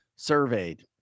surveyed